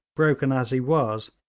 broken as he was,